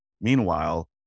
Meanwhile